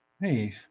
hey